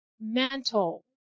mental